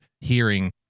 hearing